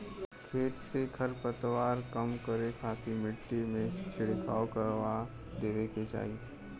खेत से खरपतवार कम करे खातिर मट्टी में छिड़काव करवा देवे के चाही